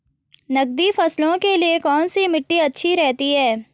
नकदी फसलों के लिए कौन सी मिट्टी अच्छी रहती है?